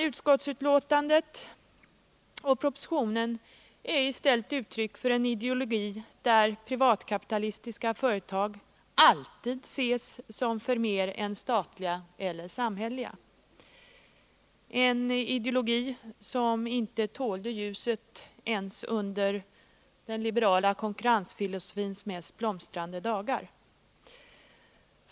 Utskottsbetänkandet och propositionen är i stället uttryck för en ideologi där privatkapitalistiska företag alltid ses som förmer än statliga eller samhälleliga — en ideologi som inte tålde ljuset ens under den liberala konkurrensfilosofins mest blomstrande dagar.